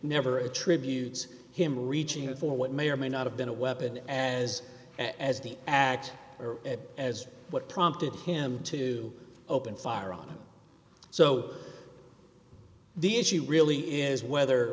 never attributes him reaching for what may or may not have been a weapon as as the act or as what prompted him to open fire on them so the issue really is whether